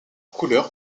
couleur